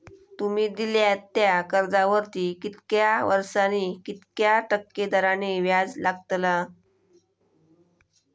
तुमि दिल्यात त्या कर्जावरती कितक्या वर्सानी कितक्या टक्के दराने व्याज लागतला?